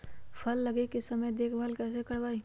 फल लगे के समय देखभाल कैसे करवाई?